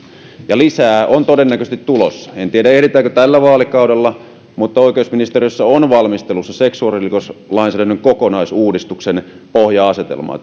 ja lisää on todennäköisesti tulossa en tiedä ehditäänkö tällä vaalikaudella mutta oikeusministeriössä on valmistelussa seksuaalirikoslainsäädännön kokonaisuudistuksen pohja asetelma